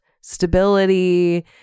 stability